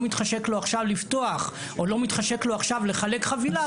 מתחשק לו עכשיו לפתוח או לא מתחשק לו עכשיו לחלק חבילה,